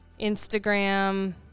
Instagram